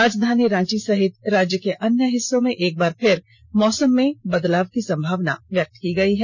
राजधानी रांची सहित राज्य के अन्य हिस्सों में एक बार फिर मौसम में बदलाव की संभावना व्यक्त की गयी है